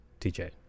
TJ